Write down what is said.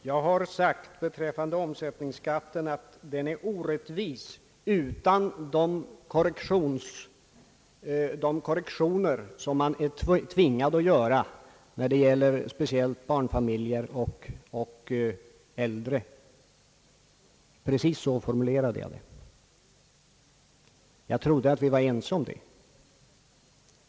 Herr talman! Jag har sagt att omsättningsskatten är orättvis utan de korrektioner som man är tvingad att göra när det gäller speciellt barnfamiljer och äldre. Precis så formulerade jag det. Jag trodde att vi var ense om detta.